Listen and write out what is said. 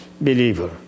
believer